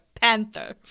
panther